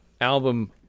album